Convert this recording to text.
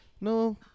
No